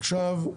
עכשיו,